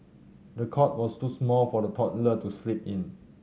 the cot was too small for the toddler to sleep in